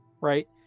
right